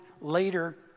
later